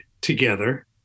together